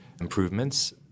improvements